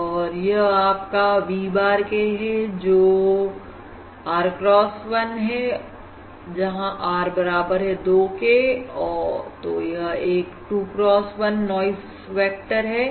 और यह आपका v bar k है और जो r cross 1 है जहां r बराबर है 2 के तो यह एक 2 cross 1नाइज वेक्टर है